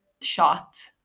shot